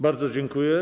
Bardzo dziękuję.